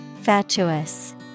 Fatuous